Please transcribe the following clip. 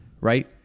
right